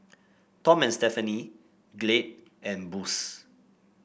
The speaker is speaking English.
Tom and Stephanie Glade and Boost